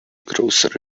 grocery